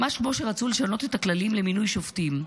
ממש כמו שרצו לשנות את הכללים למינוי שופטים,